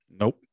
Nope